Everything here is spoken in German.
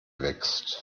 wächst